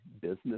business